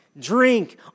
Drink